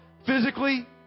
Physically